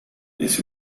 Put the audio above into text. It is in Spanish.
ese